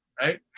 right